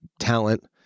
talent